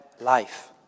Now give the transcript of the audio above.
life